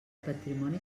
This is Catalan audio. patrimoni